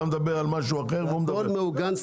אתה מדבר על משהו אחר, והוא על משהו אחר.